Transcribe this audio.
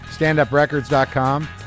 Standuprecords.com